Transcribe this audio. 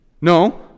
No